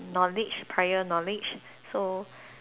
knowledge prior knowledge so